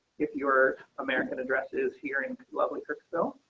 if you're american addresses hearing lovely so